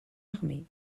armée